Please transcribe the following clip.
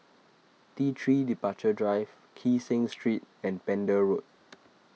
T three Departure Drive Kee Seng Street and Pender Road